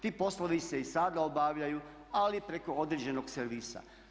Ti poslovi se i sada obavljaju, ali preko određenog servisa.